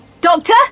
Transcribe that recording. Doctor